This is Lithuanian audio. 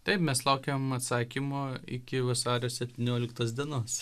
taip mes laukiam atsakymo iki vasario septynioliktos dienos